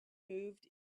moved